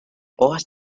hojas